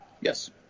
Yes